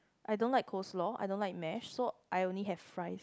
I don't like coleslaw I don't like mash so I only have fries